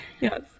Yes